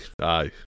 aye